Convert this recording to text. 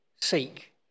Seek